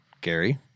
Gary